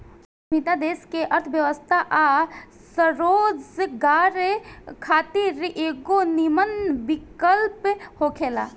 उद्यमिता देश के अर्थव्यवस्था आ स्वरोजगार खातिर एगो निमन विकल्प होखेला